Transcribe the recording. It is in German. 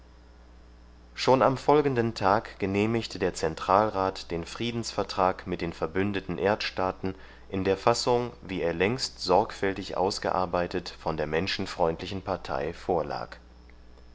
schon am folgenden tag genehmigte der zentralrat den friedensvertrag mit den verbündeten erdstaaten in der fassung wie er längst sorgfältig ausgearbeitet von der menschenfreundlichen partei vorlag